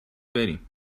بریم